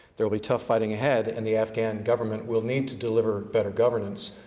there will be tough fighting ahead, and the afghan government will need to deliver better governance,